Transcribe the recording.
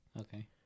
Okay